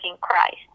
Christ